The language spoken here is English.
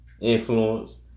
influence